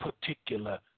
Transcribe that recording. particular